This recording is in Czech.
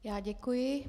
Já děkuji.